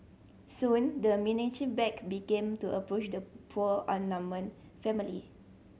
soon the menacing back began to approach the poor outnumbered family